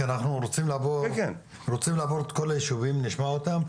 כי אנחנו רוצים לעבור על כל הישובים ולשמוע אותם.